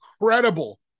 incredible